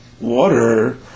water